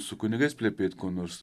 su kunigas plepėt ko nors